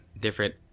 different